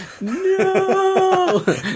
No